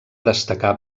destacar